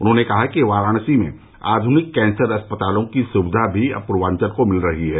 उन्होंने कहा कि वाराणसी में आध्निक कैंसर अस्पतालों की सुविधा भी अब पूर्वांचल को मिल रही है